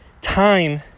time